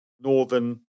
Northern